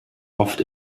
oft